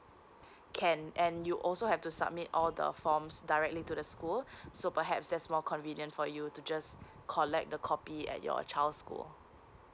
can and you also have to submit all the forms directly to the school so perhaps that's more convenient for you to just collect the copy at your child's school